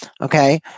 Okay